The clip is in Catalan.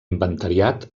inventariat